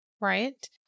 Right